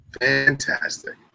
fantastic